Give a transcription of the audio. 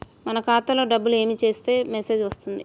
మన ఖాతాలో డబ్బులు ఏమి చేస్తే మెసేజ్ వస్తుంది?